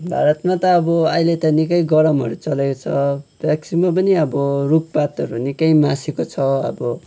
भारतमा त अब अहिले त निकै गरमहरू चडेको छ म्याक्सिमम पनि अब रुखपातहरू निकै मासेको छ अब